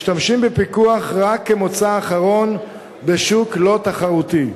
משתמשים בפיקוח רק כמוצא אחרון בשוק לא תחרותי.